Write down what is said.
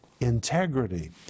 integrity